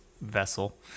vessel